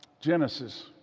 Genesis